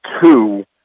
two